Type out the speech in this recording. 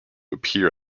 appear